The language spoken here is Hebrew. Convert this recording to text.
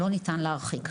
לא ניתן להרחיק,